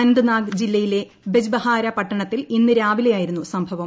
അനന്ത്നാഗ് ജില്ലയിലെ ബിജ്ബെഹാര പട്ടണത്തിൽ ഇന്ന് രാവിള്ലയായിരുന്നു സംഭവം